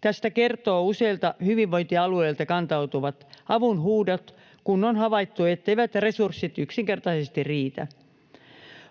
Tästä kertoo useilta hyvinvointialueilta kantautuvat avunhuudot, kun on havaittu, etteivät resurssit yksinkertaisesti riitä.